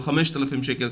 או 6,000 ששקל,